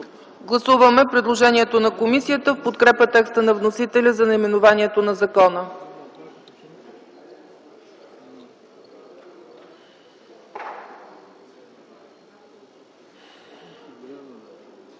Гласуваме предложението на комисията в подкрепа текста на вносителя за наименованието на закона.